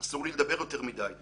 אסור לי לדבר יותר מדי.